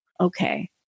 okay